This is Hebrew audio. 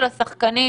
אני -- -לפנות בוקר